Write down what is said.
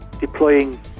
deploying